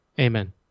Amen